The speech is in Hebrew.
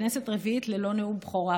כנסת רביעית ללא נאום בכורה.